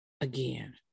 Again